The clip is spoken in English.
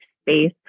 space